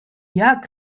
jak